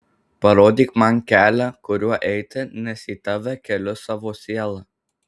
parodyk man kelią kuriuo eiti nes į tave keliu savo sielą